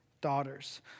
daughters